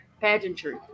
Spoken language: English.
pageantry